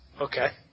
Okay